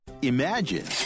imagine